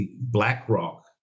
BlackRock